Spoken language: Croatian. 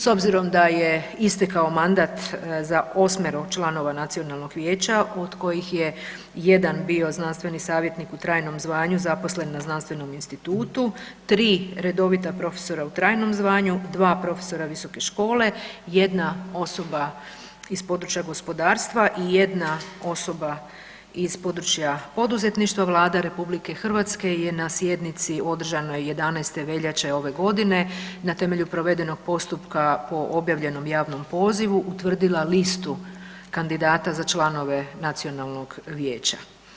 S obzirom da je istekao mandat za 8 članova Nacionalnog vijeća od kojih je jedan bio znanstveni savjetnik u trajnom zvanju zaposlen na znanstvenom institutu, 3 redovita profesora u trajnom zvanju, 2 profesora visoke škole, jedna osoba iz područja gospodarstva i jedna osoba iz područja poduzetništva, Vlada RH je na sjednici održanoj 11. veljače ove godine na temelju provedenog postupka objavljen u javnom pozivu utvrdila listu kandidata za članove Nacionalnog vijeća.